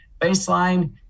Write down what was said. baseline